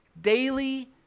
daily